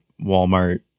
Walmart